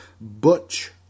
Butch